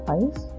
ice